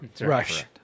Rush